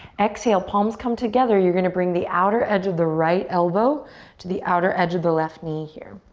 exhale, palms come together, you're gonna bring the outer edge of the right elbow to the outer edge of the left knee here.